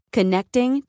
Connecting